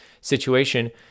situation